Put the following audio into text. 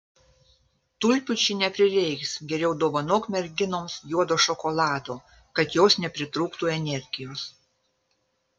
tulpių čia neprireiks geriau dovanok merginoms juodo šokolado kad jos nepritrūktų energijos